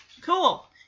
cool